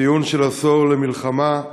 ציון עשור למלחמה.